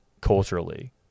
culturally